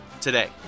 today